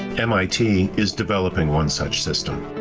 mit is developing one such system.